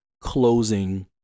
closing